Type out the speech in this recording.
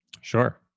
Sure